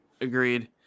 Agreed